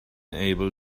able